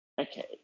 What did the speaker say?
Okay